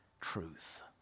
truth